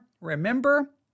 Remember